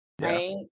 Right